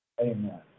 Amen